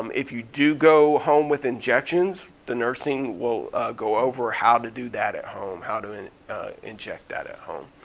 um if you do go home with injections the nursing will go over how to do that at home, how to and inject that at home.